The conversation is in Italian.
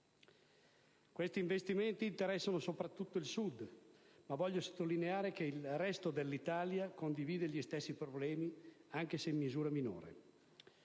Questi investimenti interessano soprattutto il Sud, ma voglio sottolineare che il resto dell'Italia condivide gli stessi problemi, anche se in misura minore.